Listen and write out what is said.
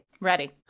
Ready